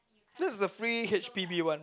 this is the free H_P_B one right